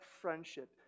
friendship